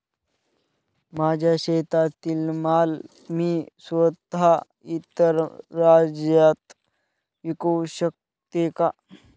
माझ्या शेतातील माल मी स्वत: इतर राज्यात विकू शकते का?